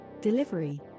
delivery